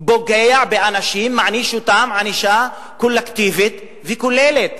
פוגע באנשים, מעניש אותם ענישה קולקטיבית וכוללת?